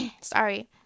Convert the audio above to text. Sorry